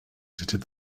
edited